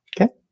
Okay